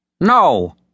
No